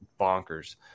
bonkers